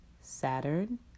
Saturn